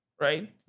right